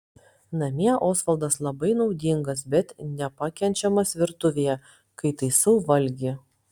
namie osvaldas labai naudingas bet nepakenčiamas virtuvėje kai taisau valgį